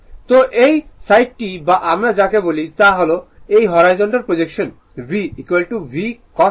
তো এই সাইডটি বা আমরা যাকে বলি তা হল এই horizontal projection V V cos α